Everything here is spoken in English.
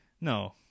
No